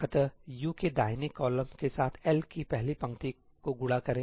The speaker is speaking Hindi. अतः U के दाहिने कॉलम के साथ L की पहली पंक्ति को गुणा करें